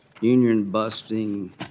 union-busting